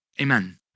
Amen